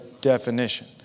definition